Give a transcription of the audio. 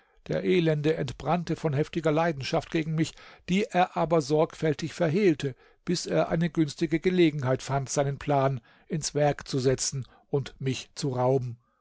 der elende entbrannte von heftiger leidenschaft gegen mich die er aber sorgfältig verhehlte bis er eine günstige gelegenheit fand seinen plan ins werk zu setzen und mich zu rauben